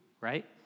right